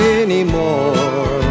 anymore